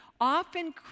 Often